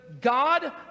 God